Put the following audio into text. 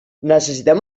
necessitem